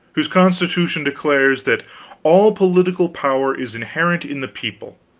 whose constitution declares that all political power is inherent in the people,